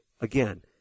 again